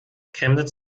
chemnitz